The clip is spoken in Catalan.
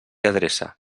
adreça